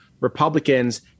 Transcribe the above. Republicans –